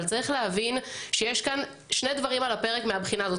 אבל צריך להבין שיש כאן שני דברים על הפרק מהבחינה הזאת.